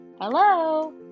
hello